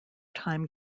time